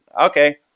okay